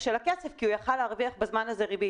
של הכסף כי בזמן הזה הוא היה יכול להרוויח ריבית.